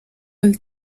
del